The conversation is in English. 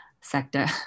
sector